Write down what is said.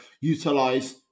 utilize